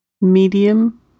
Medium